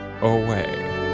away